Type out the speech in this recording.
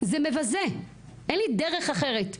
זה מבזה, אין לי דרך אחרת.